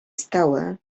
stałe